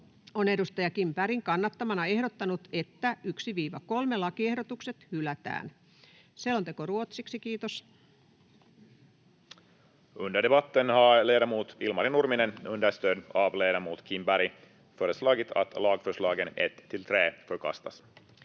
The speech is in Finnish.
on edustaja Kim Bergin kannattamana ehdottanut, että 1.—7. lakiehdotus hylätään. — Selonteko ruotsiksi. Toiseen